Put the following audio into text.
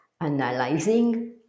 analyzing